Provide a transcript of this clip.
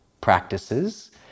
practices